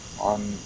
on